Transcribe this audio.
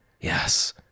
Yes